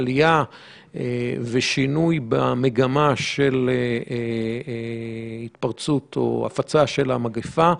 עלייה ושינוי מגמה בהתפרצות ובהפצה של המגיפה.